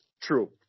True